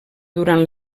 durant